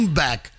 back